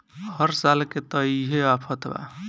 हर साल के त इहे आफत बा